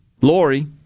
Lori